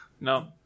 No